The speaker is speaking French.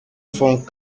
font